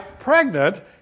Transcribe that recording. pregnant